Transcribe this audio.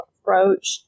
approach